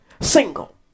single